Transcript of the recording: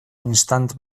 istant